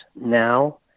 now